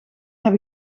heb